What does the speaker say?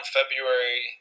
February